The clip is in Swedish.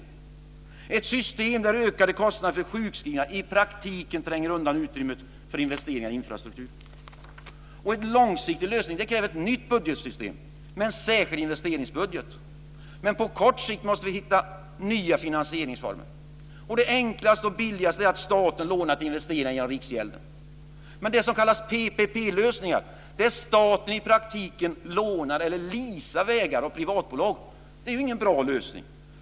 Det är ett system där ökade kostnader för sjukskrivningar i praktiken tränger undan utrymmet för investeringar i infrastruktur. En långsiktig lösning kräver ett nytt budgetsystem med en särskild investeringsbudget. På kort sikt måste vi hitta nya finansieringsformer. Det enklaste och billigaste är att staten lånar till investeringar av Riksgälden. Det som kallas PPP-lösningar innebär att staten i praktiken lånar eller leasar vägar av privatbolag. Det är ingen bra lösning.